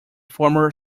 former